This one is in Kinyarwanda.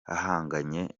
ahanganye